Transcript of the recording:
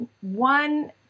one